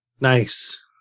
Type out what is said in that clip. nice